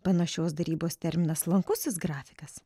panašios darybos terminą slankusis grafikas